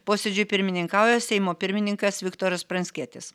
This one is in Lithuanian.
posėdžiui pirmininkauja seimo pirmininkas viktoras pranckietis